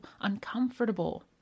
uncomfortable